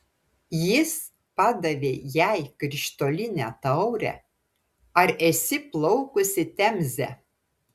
jis padavė jai krištolinę taurę ar esi plaukusi temze